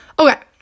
Okay